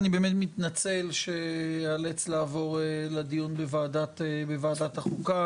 אני באמת מתנצל שאיאלץ לעבור לדיון בוועדת החוקה,